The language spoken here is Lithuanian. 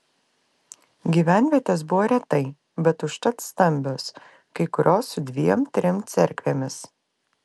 gyvenvietės buvo retai bet užtat stambios kai kurios su dviem trim cerkvėmis